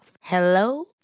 Hello